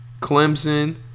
Clemson